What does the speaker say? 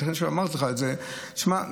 אני חושב שאמרתי לך את זה: שמע,